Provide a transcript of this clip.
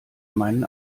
meinen